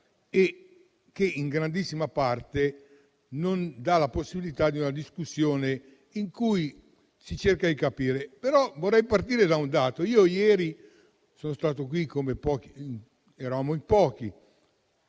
e che in grandissima parte non offre la possibilità di una discussione in cui si cerca di capire. Vorrei partire da un dato. Ieri sono stato qui - eravamo in pochi,